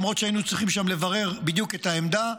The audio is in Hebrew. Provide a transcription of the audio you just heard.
למרות שהיינו צריכים שם לברר בדיוק את העמדה.